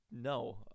No